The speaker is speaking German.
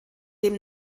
dem